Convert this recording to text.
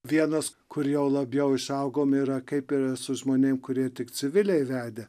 vienas kur jau labiau išaugom yra kaip yra su žmonėm kurie tik civiliai vedę